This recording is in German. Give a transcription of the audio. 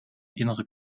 innere